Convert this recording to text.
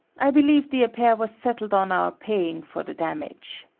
i believe the affair was settled on our paying for the damage.